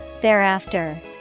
Thereafter